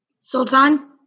Sultan